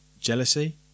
Jealousy